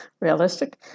realistic